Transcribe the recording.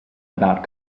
about